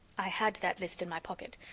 i had that list in my pocket.